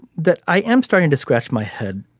that i am starting to scratch my head